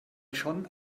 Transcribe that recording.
schon